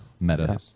Meta